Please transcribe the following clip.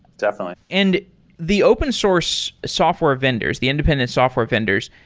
definitely and the open source software vendors, the independent software vendors,